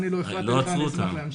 אני לא הפרעתי לך, אני אשמח להמשיך.